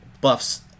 buffs